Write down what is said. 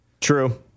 True